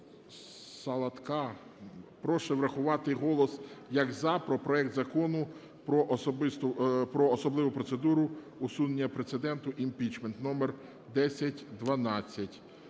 прошу врахувати голос як "за" про проект Закону про особливу процедуру усунення прецеденту (імпічмент)(№ 1012).